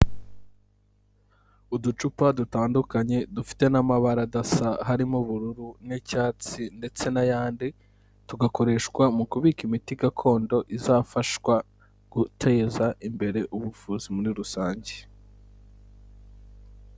Uducupa dutandukanye dufite n'amabara adasa harimo ubururu n'icyatsi ndetse n'ayandi tugakoreshwa mu kubika imiti gakondo izafashashwa guteza imbere ubuvuzi muri rusange.